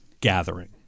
gathering